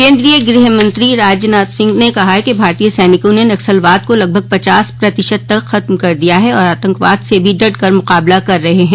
केन्द्रीय गृहमंत्री राजनाथ सिंह ने कहा है कि भारतीय सैनिकों ने नक्सलवाद को लगभग पचास प्रतिशत तक खत्म कर दिया है और आतंकवाद से भी डट कर मुकाबला कर रहे हैं